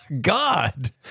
God